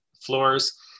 floors